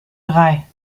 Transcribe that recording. drei